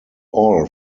all